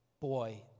boy